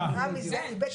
בערים המעורבות?